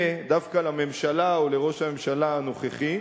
דווקא לממשלה או לראש הממשלה הנוכחי.